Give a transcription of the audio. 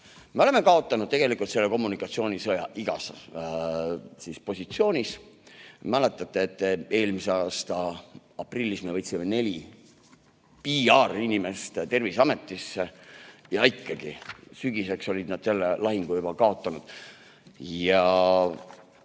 Me oleme kaotanud tegelikult selle kommunikatsioonisõja igas positsioonis. Mäletate, et eelmise aasta aprillis me võtsime neli PR‑inimest Terviseametisse tööle ja sügiseks olid nad selle lahingu ikkagi juba kaotanud. Vaatan,